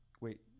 wait